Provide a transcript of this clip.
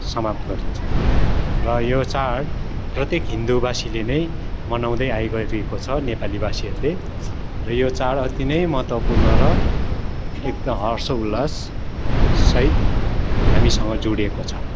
समाप्त गरिन्छ र यो चाड प्रत्येक हिन्दूवासीले नै मनाउँदै आइगरिएको छ नेपाली भाषीहरूले र यो चाड अति नै महत्त्वपूर्ण र एकदम हर्ष उल्लाससहित हामीसँग जोडिएको छ